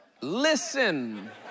listen